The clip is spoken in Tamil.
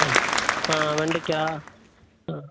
ஆ வெண்டைக்காய் ஆ